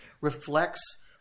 reflects